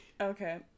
Okay